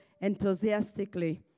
enthusiastically